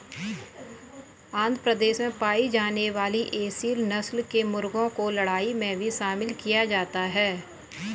आंध्र प्रदेश में पाई जाने वाली एसील नस्ल के मुर्गों को लड़ाई में भी शामिल किया जाता है